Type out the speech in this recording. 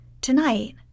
Tonight